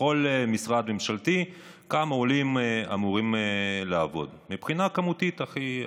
בכל משרד ממשלתי כמה עולים אמורים לעבוד מבחינה כמותית הכי פשוטה.